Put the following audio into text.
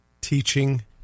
teaching